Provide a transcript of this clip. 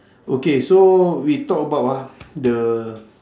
okay so we talk about ah the